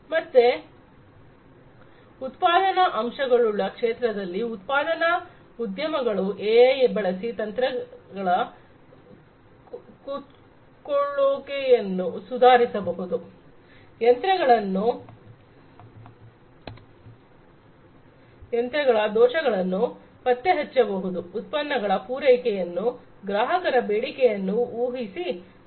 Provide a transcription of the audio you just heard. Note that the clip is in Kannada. ಮತ್ತೆ ಉತ್ಪಾದನಾ ಅಂಶಗಳುಳ್ಳ ಕ್ಷೇತ್ರದಲ್ಲಿ ಉತ್ಪಾದನಾ ಉದ್ಯಮಗಳು ಎಐ ಬಳಸಿ ಯಂತ್ರಗಳ power consumption ಸುಧಾರಿಸಬಹುದು ಯಂತ್ರಗಳ ದೋಷಗಳನ್ನು ಪತ್ತೆ ಹಚ್ಚಬಹುದು ಉತ್ಪನ್ನಗಳ ಪೂರೈಕೆ ಯನ್ನು ಗ್ರಾಹಕರ ಬೇಡಿಕೆಯನ್ನು ಊಹಿಸಿ ನಿರ್ವಹಿಸಬಹುದು